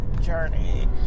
journey